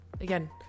again